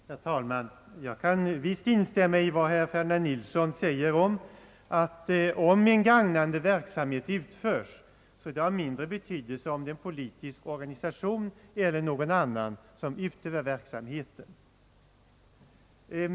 Herr talman! Jag kan visst instämma med vad herr Ferdinand Nilsson säger, att om en gagnande verksamhet utövas är det av mindre betydelse om det är en politisk organisation eller någon annan som utövar verksamheten.